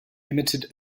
limited